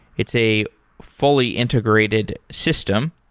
it's a fully integrated system.